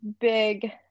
big